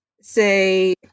say